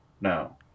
No